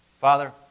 Father